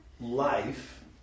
life